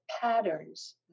patterns